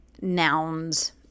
nouns